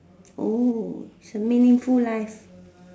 oh is a meaningful life